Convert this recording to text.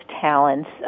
talents